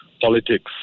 politics